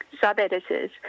sub-editors